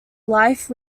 life